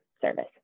service